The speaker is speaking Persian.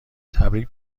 تبریک